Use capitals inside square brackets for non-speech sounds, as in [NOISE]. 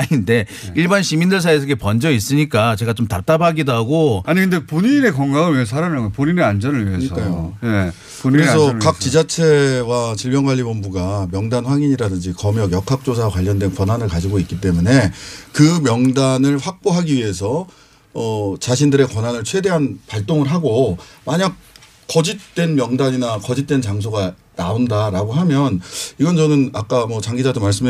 [LAUGHS] 인데 네. 일반 시민들 사이에서 이게 번져 있으니까 제가 좀 답답하기도 하고. 아니, 근데 본인의 건강을 위해서 하라는 거예요. 본인의 안전을 위해서. 그러니까요. 예, 본인의 그래서 안전을 각 위해서. 지자체와 질병관리본부가 명단 확인이라든지 검역, 역학조사와 관련된 권한을 가지고 있기 때문에 그 명단을 확보하기 위해서, 어, 자신들의 권한을 최대한 발동을 하고 만약 거짓된 명단이나 거짓된 장소가 나온다라고 하면 이건 저는 아까 뭐 장 기자도